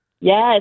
Yes